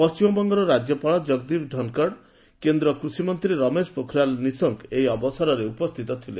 ପଣ୍ଟିମବଙ୍ଗର ରାଜ୍ୟପାଳ କଗଦୀପ୍ ଧନ୍ଖଡ୍ କେନ୍ଦ୍ର କୃଷିମନ୍ତ୍ରୀ ରମେଶ ପୋଖରିଆଲ୍ ନିଶଙ୍କ ଏହି ଅବସରରେ ଉପସ୍ଥିତ ଥିଲେ